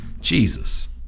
Jesus